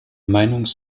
meinungs